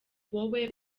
wowe